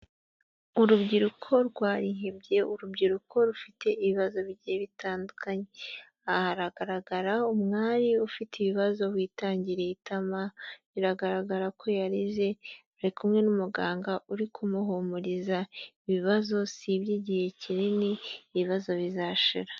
Urubyiruko rwarihebye ,urubyiruko rufite ibibazo bitandukanye , aha haragaragara umwari ufite ibibazo witangiriye itama biragaragara ko yarize ari kumwe n'umuganga uri kumuhumuriza ibibazo si iby'igihe kinini ibibazo bizashira.